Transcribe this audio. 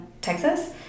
Texas